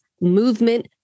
movement